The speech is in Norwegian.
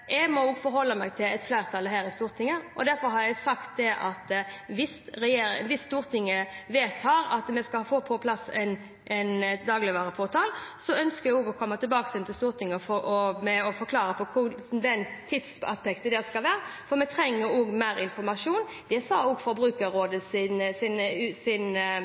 jeg må forholde meg til et flertall her i Stortinget, og derfor har jeg sagt at hvis Stortinget vedtar at vi skal få på plass en dagligvareportal, ønsker jeg også å komme tilbake igjen til Stortinget og forklare hvordan tidsaspektet skal være. For vi trenger mer informasjon. Også Forbrukerrådets rapport i 2013 sa at vi må se på utviklingskostnadene ved dette. Det jeg er bekymret for, er de tekniske løsningene og